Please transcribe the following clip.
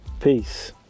Peace